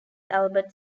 albert